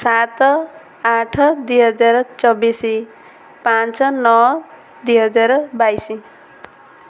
ସାତ ଆଠ ଦୁଇହଜାର ଚବିଶ ପାଞ୍ଚ ନଅ ଦୁଇହଜାର ବାଇଶ